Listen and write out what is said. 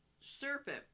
serpent